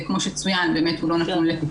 וכמו שצוין באמת הוא לא נתון לפיקוח,